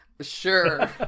Sure